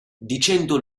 dicendo